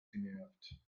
genervt